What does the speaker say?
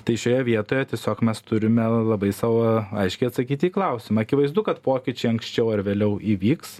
tai šioje vietoje tiesiog mes turime labai sau aiškiai atsakyti į klausimą akivaizdu kad pokyčiai anksčiau ar vėliau įvyks